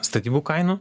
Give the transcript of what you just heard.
statybų kainų